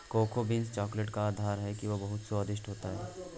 cocoa beans chocolate का आधार है वह बहुत स्वादिष्ट होता है